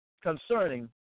concerning